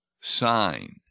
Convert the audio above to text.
sign